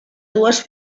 dues